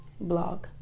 blog